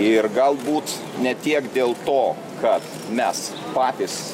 ir galbūt ne tiek dėl to kad mes patys